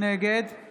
נגד מיקי לוי, נגד